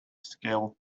skill